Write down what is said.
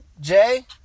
Jay